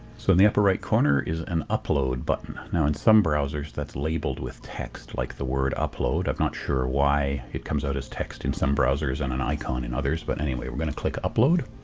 so, in the upper right corner is an upload button. now, on some browsers that's labeled with text like the word upload. i'm not sure why it comes out as text in some browsers and an icon and others but, anyway, we're going to click upload